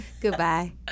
Goodbye